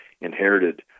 inherited